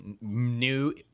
new